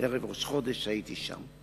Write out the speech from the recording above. בערב ראש חודש, הייתי שם.